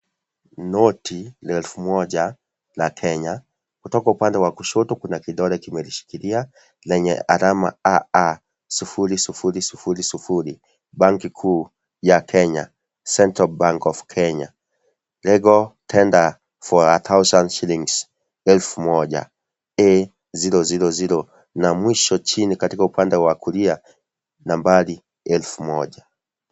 Noti la elfu moja la Kenya, kutoka upande wa kushoto kuna kidole kimelishikilia lenye alama A A sufuri sufuri sufuri sufuri banki kuu ya Kenya , Central Bank of Kenya legal tender for a thousand shillings elfu moja A zero zero zero na mwisho chini katika upande wa kulia nambari elfu moja.